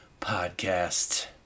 Podcast